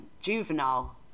juvenile